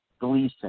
Gleason